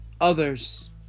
others